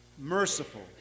merciful